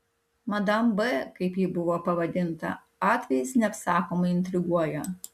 madam b kaip ji buvo pavadinta atvejis neapsakomai intriguoja